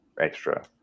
extra